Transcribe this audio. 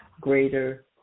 greater